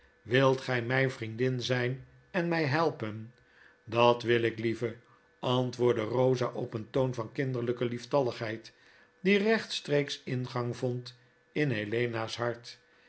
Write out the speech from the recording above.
wilt gjj myne vriendin zyn en my helpen dat wil ik lieve antwoordde eosa op een toon van kinderlpe lieftalligheid die rechtstreeks ingang vond in helena's hart